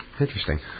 Interesting